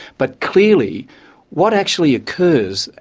but clearly what actually occurs,